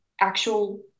actual